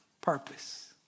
purpose